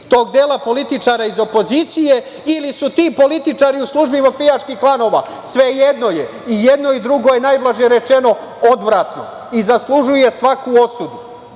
tog dela političara iz opozicije ili su ti političari u službi mafijaških klanova? Svejedno je i jedno i drugo je, najblaže rečeno, odvratno i zaslužuje svaku osudu. Prema